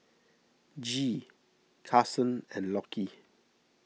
Gee Karson and Lockie